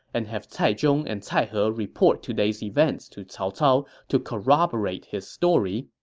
and have cai zhong and cai he report today's events to cao cao to corroborate his story.